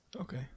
Okay